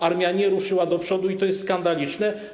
Armia nie ruszyła do przodu, i to jest skandaliczne.